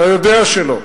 אתה יודע שלא.